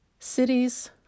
Cities